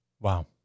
Wow